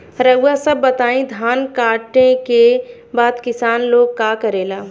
रउआ सभ बताई धान कांटेके बाद किसान लोग का करेला?